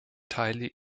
teile